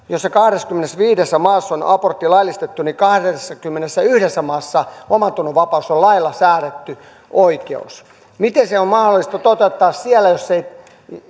joissa kahdessakymmenessäviidessä on abortti laillistettu kahdessakymmenessäyhdessä maassa omantunnonvapaus on lailla säädetty oikeus miten se on mahdollista toteuttaa siellä jos se